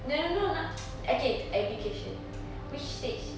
no no no not okay education which stage